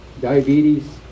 diabetes